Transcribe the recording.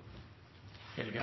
ikke gjort